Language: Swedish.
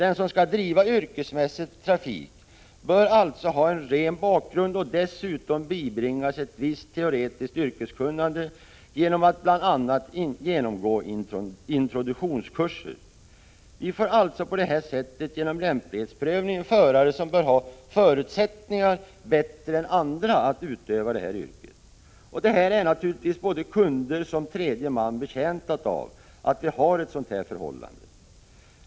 Den som skall driva yrkesmässig trafik bör alltså ha en ren bakgrund. Dessutom bör han bibringas ett visst teoretiskt yrkeskunnande, bl.a. genom introduktionskurser. Genom lämplighetsprövning får vi alltså förare, som har bättre förutsättningar än andra att utöva yrket, och naturligtvis är både kunder och tredje man betjänta härav.